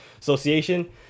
association